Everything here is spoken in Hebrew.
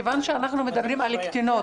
מכיוון שאנחנו מדברים על קטינות,